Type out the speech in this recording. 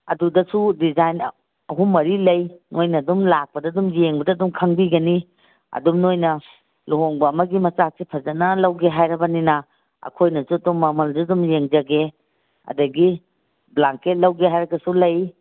ꯑꯗꯨꯗꯁꯨ ꯗꯤꯖꯥꯏꯟ ꯑꯍꯨꯝ ꯃꯔꯤ ꯂꯩ ꯅꯣꯏꯅ ꯑꯗꯨꯝ ꯂꯥꯛꯄꯗ ꯑꯗꯨꯝ ꯌꯦꯡꯕꯗ ꯑꯗꯨꯝ ꯈꯪꯕꯤꯒꯅꯤ ꯑꯗꯨꯝ ꯅꯣꯏꯅ ꯂꯨꯍꯣꯡꯕ ꯑꯃꯒꯤ ꯃꯆꯥꯛꯁꯦ ꯐꯖꯅ ꯂꯧꯒꯦ ꯍꯥꯏꯔꯕꯅꯤꯅ ꯑꯩꯈꯣꯏꯅꯁꯨ ꯑꯗꯨꯝ ꯃꯃꯜꯗꯣ ꯑꯗꯨꯝ ꯌꯦꯡꯖꯒꯦ ꯑꯗꯒꯤ ꯕ꯭ꯂꯥꯡꯀꯦꯠ ꯂꯧꯒꯦ ꯍꯥꯏꯔꯒꯁꯨ ꯂꯩ